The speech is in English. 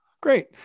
Great